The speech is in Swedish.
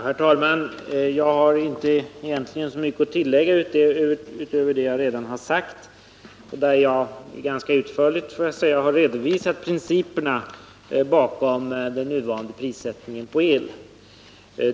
Herr talman! Egentligen har jag inte så mycket att tillägga till det jag redan har sagt. I svaret har jag ganska utförligt redovisat de principer som ligger till grund för den nuvarande prissättningen när det gäller el.